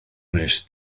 nes